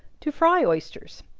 to fry oysters.